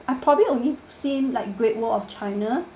I probably only seen like great wall of china